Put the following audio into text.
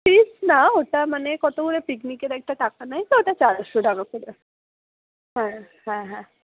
ফিজ না ওটা মানে কত করে পিকনিকের একটা টাকা নেয় তো ওটা চারশো টাকা করে হ্যাঁ হ্যাঁ হ্যাঁ